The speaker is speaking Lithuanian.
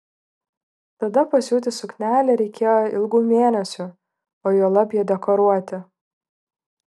tada pasiūti suknelę reikėjo ilgų mėnesių o juolab ją dekoruoti